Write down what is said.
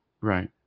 right